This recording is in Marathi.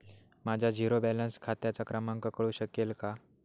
माझ्या झिरो बॅलन्स खात्याचा क्रमांक कळू शकेल का?